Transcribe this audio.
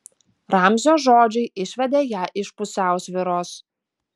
ramzio žodžiai išvedė ją iš pusiausvyros